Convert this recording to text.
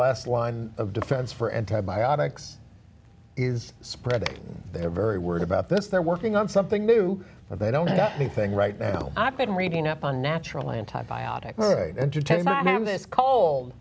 last line of defense for antibiotics is spreading they're very worried about this they're working on something new but they don't have anything right now i've been reading up on natural antibiotic